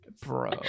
Bro